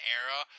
era